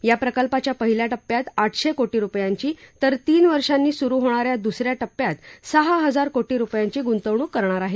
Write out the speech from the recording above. या प्रकल्पाच्या पहिल्या टप्प्यात आठशे कोटी रुपयांची तर तीन वर्षांनी सुरू होणाऱ्या दुसऱ्या टप्प्यात सहा हजार कोटी रुपयांची गुंतवणूक करणार आहे